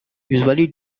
usually